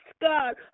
God